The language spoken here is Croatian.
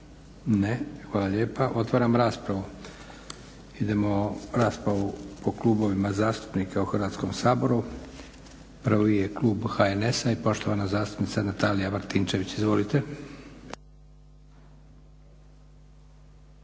Ne. Hvala lijepa. Otvaram raspravu. Idemo raspravu po klubovima zastupnika u Hrvatskom saboru. Prvi je klub HNS-a i poštovana zastupnica Natalija Martinčević. Izvolite.